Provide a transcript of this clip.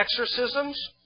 exorcisms